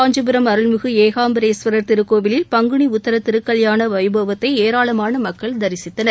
காஞ்சிபுரம் அருள்மிகு ஏகாம்பரேஸ்வரர் திருக்கோவிலில் பங்குனி உத்தர திருக்கல்யாண வைபவத்தை ஏராளமான மக்கள் தரிசித்தனர்